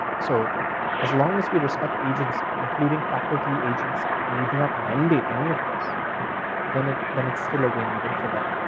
so as long as we respect agency including faculty agency and we do not mend this, any of this then it's then it's still a win even for them,